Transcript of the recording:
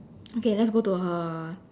okay let's go to her